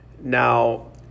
Now